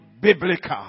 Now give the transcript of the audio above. Biblical